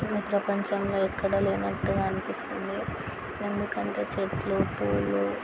ఈ ప్రపంచంలో ఎక్కడా లేనట్టుగా అనిపిస్తుంది ఎందుకంటే చెట్లు పూలు